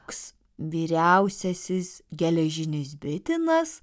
koks vyriausiasis geležinius bitinas